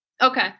Okay